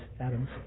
Adams